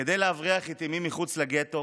כדי להבריח את אמי מחוץ לגטו